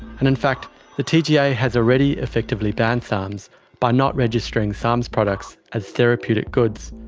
and in fact the tga yeah has already effectively banned sarms by not registering sarms products as therapeutic goods.